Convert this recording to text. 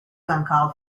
uncalled